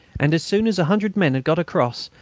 and as soon as a hundred men had got across,